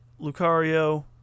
lucario